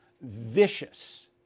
vicious